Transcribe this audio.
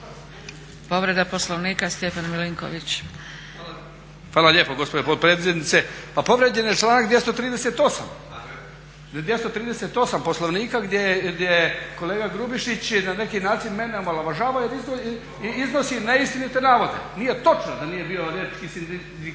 **Milinković, Stjepan (HDZ)** Hvala lijepo gospođa potpredsjednice. Pa povrijeđen je članak 238. Poslovnika gdje kolega Grubišić na neki način mene omalovažava jer iznosi neistinite navode. Nije točno da nije bio liječnički sindikat